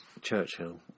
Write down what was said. churchill